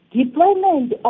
deployment